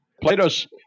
Plato's